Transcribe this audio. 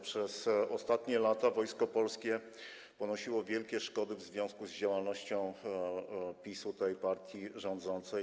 Przez ostatnie lata Wojsko Polskie ponosiło wielkie szkody w związku z działalnością PiS-u, partii rządzącej.